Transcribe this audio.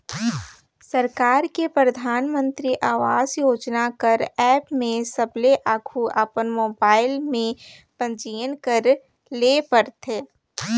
सरकार के परधानमंतरी आवास योजना कर एप में सबले आघु अपन मोबाइल में पंजीयन करे ले परथे